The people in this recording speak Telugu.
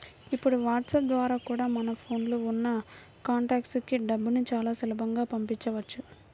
ఇప్పుడు వాట్సాప్ ద్వారా కూడా మన ఫోన్ లో ఉన్న కాంటాక్ట్స్ కి డబ్బుని చాలా సులభంగా పంపించవచ్చు